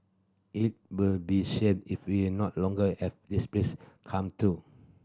it will be shame if we are not longer have this place come to